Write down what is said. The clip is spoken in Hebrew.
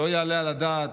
לא יעלה על הדעת.